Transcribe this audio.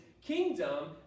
kingdom